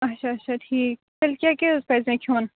اچھا اچھا ٹھیٖک تیٚلہِ کیاہ کیاہ حظ پَزِ مےٚ کھیوٚن